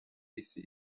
isi